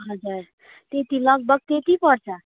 हजुर त्यत्ति लगभग त्यत्ति पर्छ